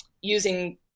using